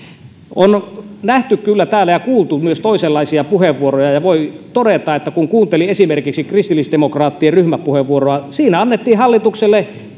on kyllä nähty ja kuultu täällä myös toisenlaisia puheenvuoroja voi todeta kun kuunteli esimerkiksi kristillisdemokraattien ryhmäpuheenvuoroa että siinä annettiin hallitukselle